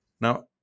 Now